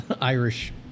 Irish